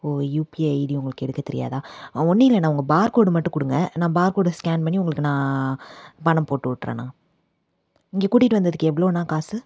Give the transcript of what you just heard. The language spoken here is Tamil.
ஓ யுபிஐ ஐடி உங்களுக்கு எடுக்க தெரியாதா ஒன்றும் இல்லைண்ணா உங்கள் பார் கோடு மட்டும் கொடுங்க நான் பார் கோடை ஸ்கேன் பண்ணி உங்களுக்கு நான் பணம் போட்டு விட்றண்ணா இங்கே கூட்டிகிட்டு வந்ததுக்கு எவ்வளோண்ணா காசு